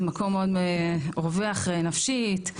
מקום מאוד רווח נפשית,